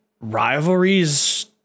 Rivalries